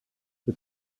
the